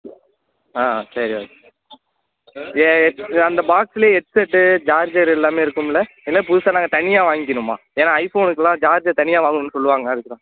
ஆ சரி ஓகே ஏ அந்த பாக்ஸ்லையே ஹெட்செட்டு ஜார்ஜரு எல்லாமே இருக்கும்லை இல்லை புதுசாக நாங்கள் தனியாக வாங்கிக்கணுமா ஏன்னால் ஐ ஃபோனுக்குலாம் ஜார்ஜர் தனியாக வாங்கணும்னு சொல்லுவாங்க அதுக்கு தான்